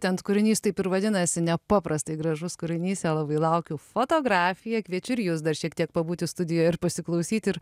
ten kūrinys taip ir vadinasi nepaprastai gražus kūrinys jo labai laukiu fotografija kviečiu ir jus dar šiek tiek pabūti studijoje ir pasiklausyt ir